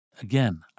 Again